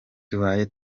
tubaye